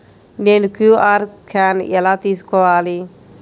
నేను QR scan ఎలా తీసుకోవాలి?